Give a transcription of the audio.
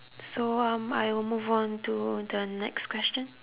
so um I'll move on to the next question